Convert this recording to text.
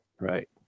Right